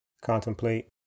Contemplate